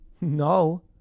No